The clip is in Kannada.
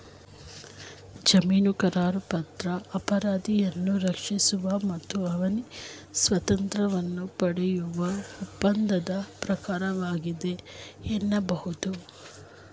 ಜಾಮೀನುಕರಾರುಪತ್ರ ಅಪರಾಧಿಯನ್ನ ರಕ್ಷಿಸುವ ಮತ್ತು ಅವ್ನಿಗೆ ಸ್ವಾತಂತ್ರ್ಯವನ್ನ ಪಡೆಯುವ ಒಪ್ಪಂದದ ಪ್ರಕಾರವಾಗಿದೆ ಎನ್ನಬಹುದು